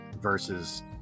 versus